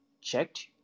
checked